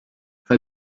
fra